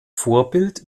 vorbild